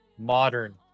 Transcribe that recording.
modern